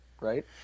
Right